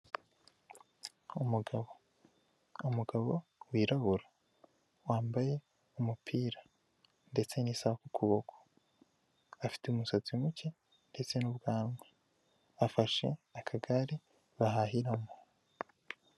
Umugabo, umugabo wirabura wambaye umupira ndetse n'isaha ku kuboko, afite umusatsi muke ndetse n'ubwanwa, afashe akagare bahahiramo.